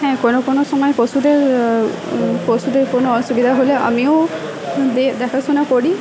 হ্যাঁ কোনো কোনো সময় পশুদের পশুদের কোনো অসুবিধা হলে আমিও দেখাশোনা করি